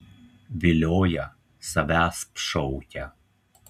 vilioja savęsp šaukia